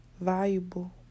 valuable